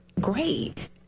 great